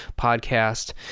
podcast